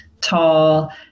tall